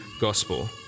gospel